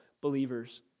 believers